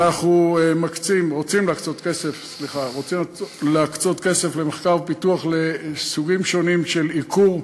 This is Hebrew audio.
אנחנו רוצים להקצות כסף למחקר ופיתוח של סוגים שונים של עיקור.